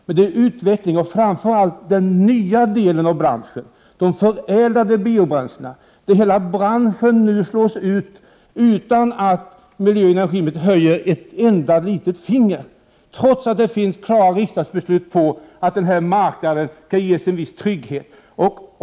Det väsentliga är utveckling, framför allt av den nya delen av branschen, de förädlade biobränslena. Hela den branschen slås nu ut utan att miljöoch energiministern höjer ett enda litet finger, trots att det finns klara riksdagsbeslut om att den här marknaden skall ges en viss trygghet.